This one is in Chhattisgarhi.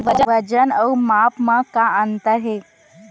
वजन अउ माप म का अंतर हे?